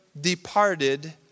departed